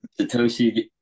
Satoshi